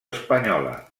espanyola